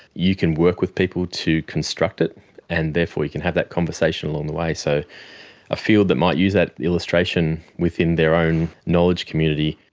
you can work with people to construct it and therefore you can have that conversation along the way. so a field that might use that illustration within their own knowledge community,